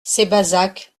sébazac